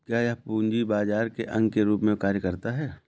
क्या यह पूंजी बाजार के अंग के रूप में कार्य करता है?